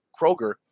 Kroger